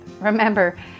Remember